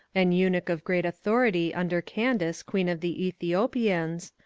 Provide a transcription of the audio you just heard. an eunuch of great authority under candace queen of the ethiopians,